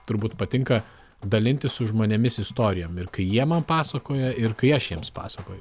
turbūt patinka dalintis su žmonėmis istorijom ir kai jie man pasakoja ir kai aš jiems pasakoju